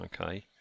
Okay